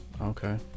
Okay